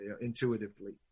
intuitively